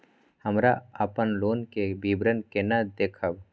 हमरा अपन लोन के विवरण केना देखब?